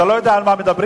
אתה לא יודע על מה מדברים,